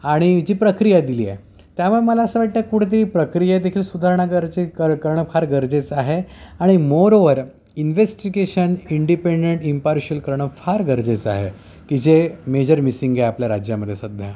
आणि जी प्रक्रिया दिली आहे त्यामुळे मला असं वाटतं कुठेतरी प्रक्रिया देखील सुधारणं गरजेचं कर करणं फार गरजेचं आहे आणि more over investigation independent impartial करणं फार गरजेचं आहे की जे मेजर मिसिंग आहे आपल्या राज्यामध्ये सध्या